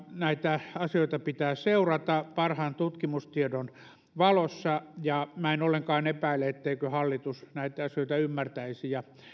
näitä asioita pitää seurata parhaan tutkimustiedon valossa ja en ollenkaan epäile etteikö hallitus näitä asioita ymmärtäisi ja